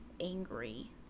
angry